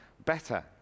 better